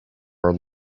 are